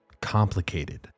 complicated